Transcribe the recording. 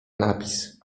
napis